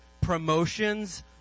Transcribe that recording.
promotions